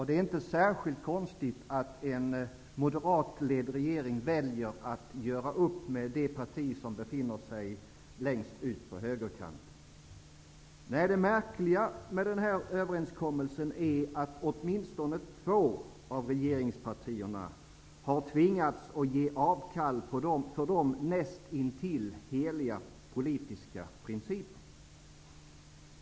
Det är inte särskilt konstigt att en moderatledd regering väljer att göra upp med det parti som befinner sig längst ut på högerkanten. Nej, det märkliga med denna uppgörelse är, att åtminstone två av regeringspartierna tvingats att ge avkall på för dem näst intill heliga politiska principer.